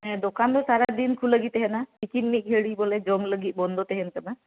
ᱦᱮᱸ ᱫᱚᱠᱟᱱ ᱫᱚ ᱥᱟᱨᱟ ᱫᱤᱱ ᱠᱷᱩᱞᱟᱹᱣ ᱜᱮ ᱛᱟᱦᱮᱱᱟ ᱛᱤᱠᱤᱱ ᱢᱤᱫ ᱜᱷᱟᱹᱲᱤᱡ ᱵᱚᱞᱮ ᱡᱚᱢ ᱞᱟᱹᱜᱤᱫ ᱵᱚᱱᱫᱚ ᱛᱟᱦᱮᱱ ᱠᱟᱱᱟ